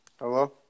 hello